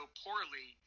poorly